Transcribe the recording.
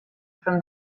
from